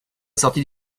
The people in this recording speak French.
sortie